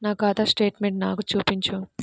నా ఖాతా స్టేట్మెంట్ను నాకు చూపించు